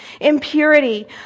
impurity